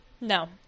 No